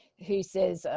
who says,